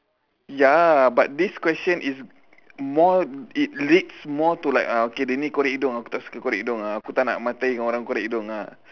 ya but this question is more it leads more to like uh okay dia ni korek hidung aku tak suka korek hidung ah aku tak nak matair dengan orang korek hidung ah